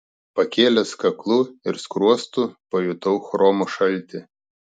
pakėlęs kaklu ir skruostu pajutau chromo šaltį